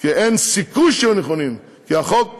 כי אין סיכוי שיהיו נכונים, כי החוק ברור.